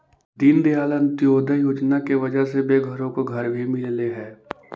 दीनदयाल अंत्योदय योजना की वजह से बेघरों को घर भी मिललई हे